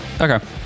Okay